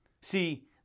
See